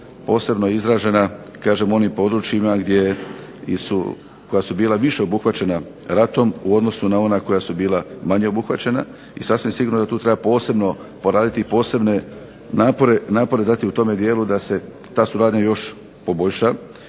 posebno izražena u onim područjima koja su bila više obuhvaćena ratom u odnosu na ona koja su bila manje obuhvaćena. I sasvim sigurno da tu treba posebno poraditi i posebne napore dati u tome dijelu da se ta suradnja još poboljša